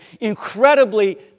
incredibly